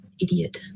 idiot